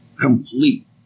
complete